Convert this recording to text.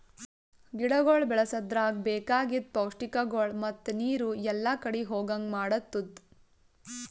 ಗಿಡಗೊಳ್ ಬೆಳಸದ್ರಾಗ್ ಬೇಕಾಗಿದ್ ಪೌಷ್ಟಿಕಗೊಳ್ ಮತ್ತ ನೀರು ಎಲ್ಲಾ ಕಡಿ ಹೋಗಂಗ್ ಮಾಡತ್ತುದ್